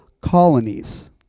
colonies